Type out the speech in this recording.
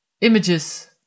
images